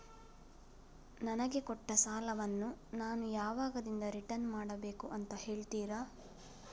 ನನಗೆ ಕೊಟ್ಟ ಸಾಲವನ್ನು ನಾನು ಯಾವಾಗದಿಂದ ರಿಟರ್ನ್ ಮಾಡಬೇಕು ಅಂತ ಹೇಳ್ತೀರಾ?